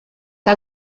que